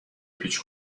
پیچ